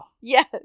Yes